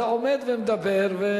אתה עומד ומדבר.